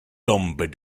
tombe